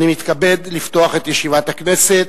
אני מתכבד לפתוח את ישיבת הכנסת.